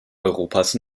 europas